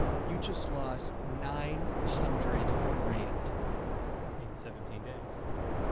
you just lost nine hundred grand in seventeen days,